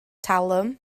talwm